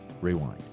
Rewind